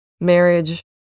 marriage